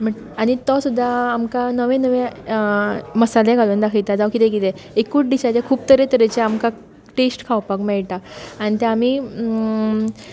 आनी तो सुद्दां आमकां नवें नवें मसाले घालून दाखयता जावं कितें कितें एकूच डिशाचे खूब तरें तरेचे आमकां टेस्ट खावपाक मेळटा आनी तें आमी